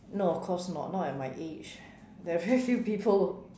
no of course not not at my age there are very few people